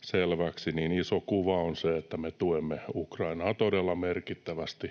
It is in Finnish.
selväksi, iso kuva on se, että me tuemme Ukrainaa todella merkittävästi.